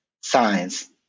science